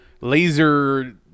laser